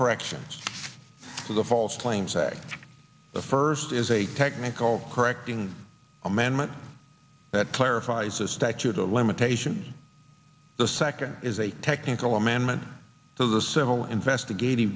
corrections to the false claim say the first is a technical correcting amendment that clarifies a statute of limitations the second is a technical amendment to the civil investigati